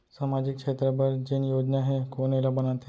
सामाजिक क्षेत्र बर जेन योजना हे कोन एला बनाथे?